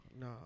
No